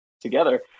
together